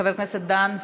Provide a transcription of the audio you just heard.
חבר הכנסת דן סידה,